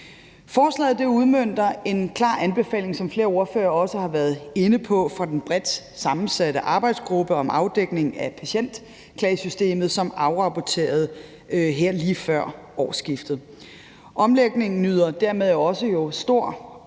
Forslaget udmønter en klar anbefaling, som flere ordførere også har været inde på, fra den bredt sammensatte arbejdsgruppe om afdækningen af patientklagesystemet, som afrapporterede her lige før årsskiftet. Omlægningen nyder jo dermed også stor opbakning